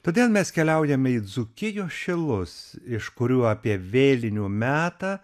todėl mes keliaujame į dzūkijos šilus iš kurių apie vėlinių metą